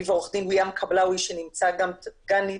ואני ועורך דין ויאאם קבלאוי שנמצא גם אתנו,